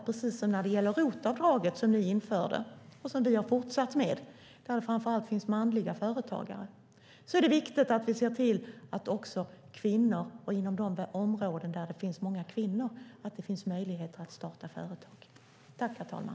Precis som när det gäller ROT-avdraget, som ni införde och som vi har fortsatt med, där det framför allt finns manliga företagare, är det viktigt att vi inom de områden där det finns många kvinnor ser till att det finns möjligheter för kvinnor att starta företag.